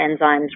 enzymes